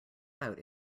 out